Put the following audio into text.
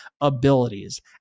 Abilities